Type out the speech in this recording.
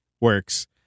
works